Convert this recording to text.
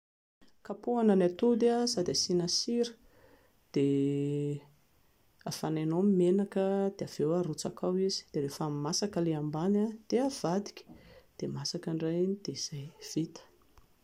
Kapohana ny atody sady asiana sira, dia afanainao ny menaka dia avy eo arotsaka ao izy dia rehefa masaka ilay ambany dia havadika dia maska indray iny dia izay vita